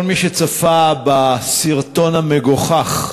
כל מי שצפה בסרטון המגוחך,